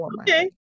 okay